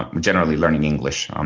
ah generally learning english. um